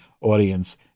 audience